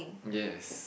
yes